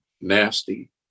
nasty